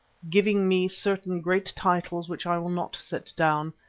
giving me certain great titles which i will not set down,